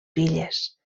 filles